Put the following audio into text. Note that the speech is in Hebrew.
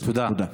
תודה.